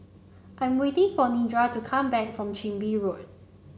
I'm waiting for Nedra to come back from Chin Bee Road